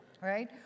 Right